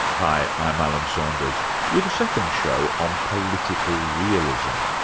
hi, i'm alan saunders with a second show on political realism.